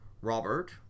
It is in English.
Robert